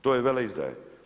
To je veleizdaja.